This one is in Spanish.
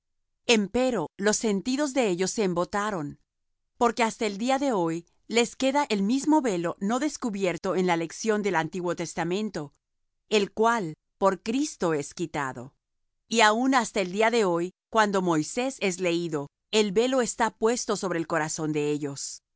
abolido empero los sentidos de ellos se embotaron porque hasta el día de hoy les queda el mismo velo no descubierto en la lección del antiguo testamento el cual por cristo es quitado y aun hasta el día de hoy cuando moisés es leído el velo está puesto sobre el corazón de ellos